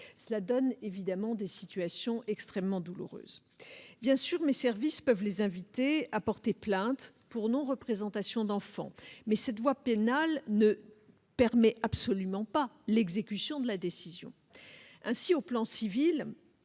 sont évidemment extrêmement douloureuses. Bien sûr, mes services peuvent inviter ces parents à porter plainte pour non-représentation d'enfant, mais cette voie pénale ne permet absolument pas l'exécution de la décision. Ainsi, au plan civil,